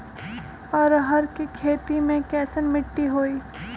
अरहर के खेती मे कैसन मिट्टी होइ?